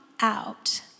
out